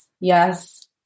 Yes